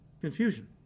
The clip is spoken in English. Confusion